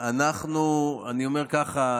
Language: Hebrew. אנחנו שמחים, אני אומר ככה.